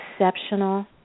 exceptional